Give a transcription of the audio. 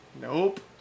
Nope